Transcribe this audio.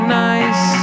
nice